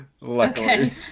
luckily